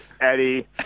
Eddie